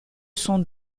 sont